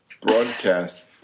broadcast